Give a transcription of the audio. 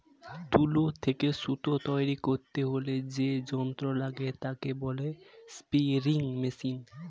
তুলো থেকে সুতো তৈরী করতে হলে যে যন্ত্র লাগে তাকে বলে স্পিনিং মেশিন